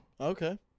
Okay